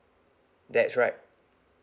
that's right